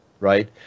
right